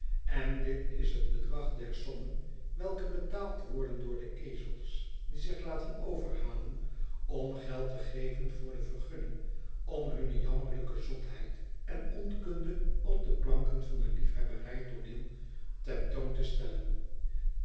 en dit is het bedrag der sommen welke betaald worden door de ezels die zich laten overhalen om geld te geven voor de vergunning om hunne jammerlijke zotheid en onkunde op de planken van een liefhebberij tooneel ten toon te stellen